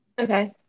Okay